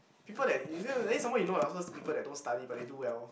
people that you then some more you know there are those people that don't study but they do well